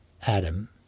Adam